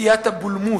שתיית הבולמוס.